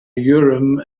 urim